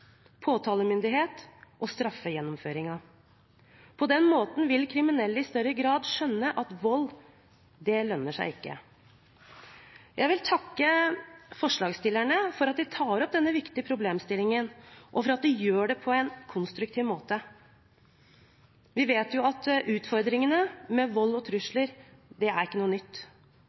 og straffegjennomføringen. På den måten vil kriminelle i større grad skjønne at vold, det lønner seg ikke. Jeg vil takke forslagsstillerne for at de tar opp denne viktige problemstillingen, og for at de gjør det på en konstruktiv måte. Vi vet at utfordringene med vold og